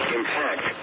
Impact